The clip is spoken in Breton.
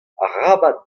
arabat